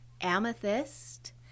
amethyst